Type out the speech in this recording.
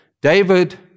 David